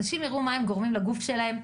אנשים יראו מה הם גורמים לגוף שלהם.